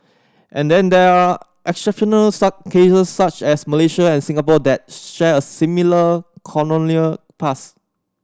and then there are exceptional such cases such as Malaysia and Singapore that share a similar colonial past